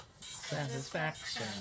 Satisfaction